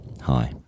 Hi